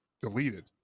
deleted